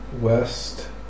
West